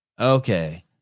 okay